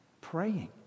praying